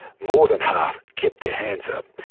more than half kept their hands up.